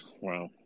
Wow